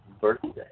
birthday